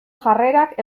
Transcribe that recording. jarrerak